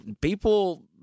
people